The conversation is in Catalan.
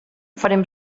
farem